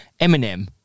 eminem